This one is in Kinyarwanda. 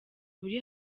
buri